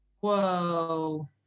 Whoa